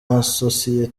akazi